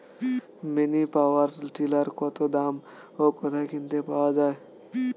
Mini power tiller কত দাম ও কোথায় কিনতে পাওয়া যায়?